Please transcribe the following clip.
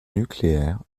nucléaire